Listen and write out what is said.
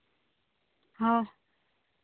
ᱦᱮᱸ